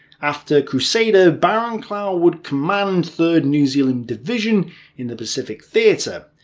after crusader, barrowclough would command third new zealand division in the pacific theatre,